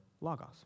logos